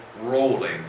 rolling